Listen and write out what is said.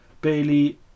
Bailey